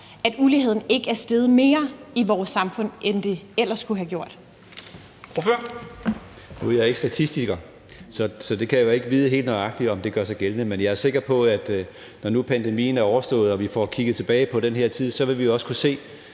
at uligheden ikke er steget mere i vores samfund, end den ellers kunne have gjort.